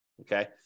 okay